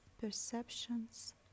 perceptions